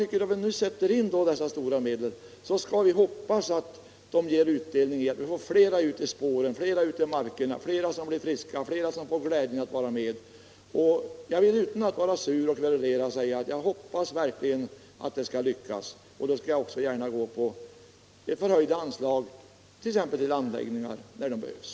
Men när vi nu sätter in dessa stora medel skall vi hoppas att de också ger utdelning, så att vi får fler människor ut i skidspåren, i markerna, fler friska människor osv. Utan att vara sur och kverulera vill jag säga att jag verkligen hoppas att det skall lyckas. Då skall jag gärna rösta för förhöjda anslag t.ex. till anläggningar där sådana behövs.